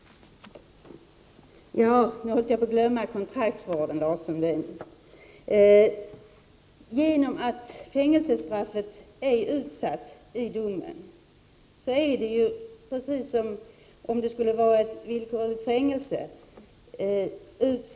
På grund av att fängelsestraffets längd är utsatt i en dom om kontraktsvård är det precis som en dom med villkorligt fängelse.